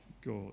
god